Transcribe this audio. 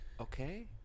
Okay